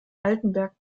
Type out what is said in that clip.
altenberg